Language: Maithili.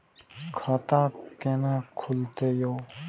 खाता केना खुलतै यो